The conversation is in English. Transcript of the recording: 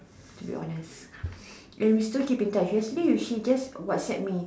to be honest and we still keep in touch yesterday she just WhatsApp me